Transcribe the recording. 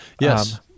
Yes